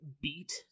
beat